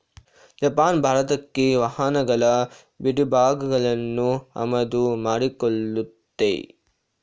Japan ಭಾರತಕ್ಕೆ ವಾಹನಗಳ ಬಿಡಿಭಾಗಗಳನ್ನು ಆಮದು ಮಾಡಿಕೊಳ್ಳುತ್ತೆ